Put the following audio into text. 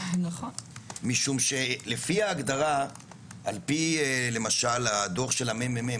משום שלפי ההגדרה ע-פי למשל הדו"ח של הממ"מ.